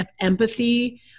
empathy